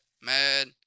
mad